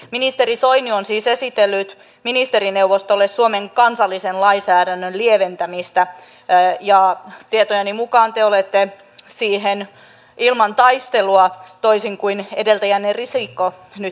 ministeri soini on siis esitellyt ministerineuvostolle suomen kansallisen lainsäädännön lieventämistä ja tietojeni mukaan te olette siihen ilman taistelua toisin kuin edeltäjänne risikko nyt myöntynyt